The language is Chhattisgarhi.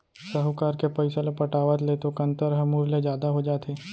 साहूकार के पइसा ल पटावत ले तो कंतर ह मूर ले जादा हो जाथे